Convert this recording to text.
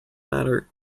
matter